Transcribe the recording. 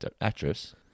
actress